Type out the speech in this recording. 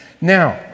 Now